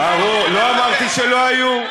ברור, לא אמרתי שלא היו.